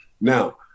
Now –